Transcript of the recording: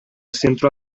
centro